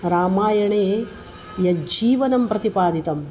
रामायणे यज्जीवनं प्रतिपादितम्